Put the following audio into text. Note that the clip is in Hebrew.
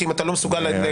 אם אתה לא מסוגל להקשיב.